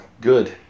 good